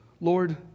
Lord